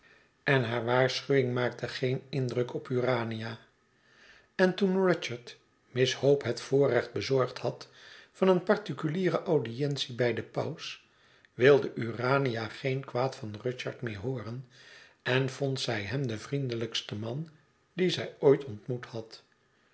en hare waarschuwing maakte geen indruk op urania en toen rudyard miss hope het voorrecht bezorgd had van een particuliere audientie bij den paus wilde urania geen kwaad van rudyard meer hooren en vond zij hem den vriendelijksten man dien zij ooit ontmoet had